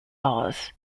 laws